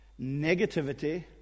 negativity